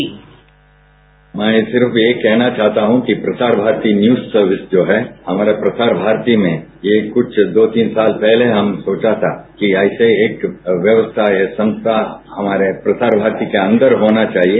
sound bite मैं सिर्फ यही कहना चाहता हूं कि प्रसार भारती न्यूज सर्विस जो है हमारा प्रसार भारती में ये कुछ दो तीन साल पहले हम सोचा था कि ऐसा एक व्यवस्था या संस्था हमारे प्रसार भारती के अंदर होना चाहिए